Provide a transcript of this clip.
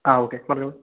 ആ ഓക്കെ പറഞ്ഞോളൂ